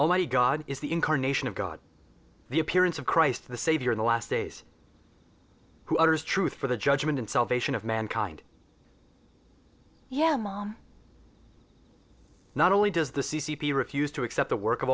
ly god is the incarnation of god the appearance of christ the savior in the last days who utters truth for the judgement and salvation of mankind yeah mom not only does the c c p refuse to accept the work of